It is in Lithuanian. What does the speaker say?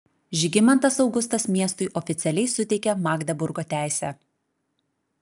žygimantas augustas miestui oficialiai suteikė magdeburgo teisę